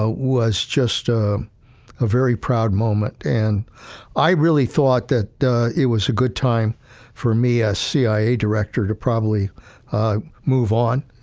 ah was just a very proud moment. and i really thought that it was a good time for me, as cia director, to probably move on,